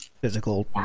physical